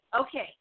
Okay